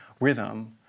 rhythm